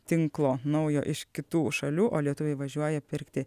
tinklo naujo iš kitų šalių o lietuviai važiuoja pirkti